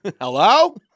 Hello